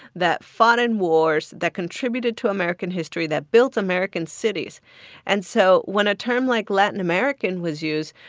that fought in wars, that contributed to american history, that built american cities and so when a term like latin american was used,